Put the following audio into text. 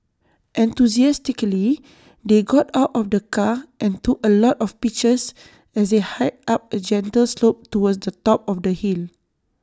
enthusiastically they got out of the car and took A lot of pictures as they hiked up A gentle slope towards the top of the hill